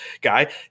guy